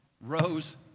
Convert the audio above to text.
rose